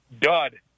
dud